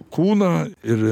kūną ir